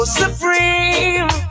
supreme